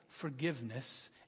forgiveness